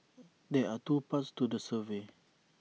there are two parts to the survey